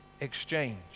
exchange